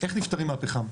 איך נפטרים מפחם?